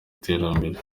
iterambere